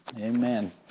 amen